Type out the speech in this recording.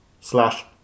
slash